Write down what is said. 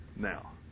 now